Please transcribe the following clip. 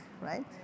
right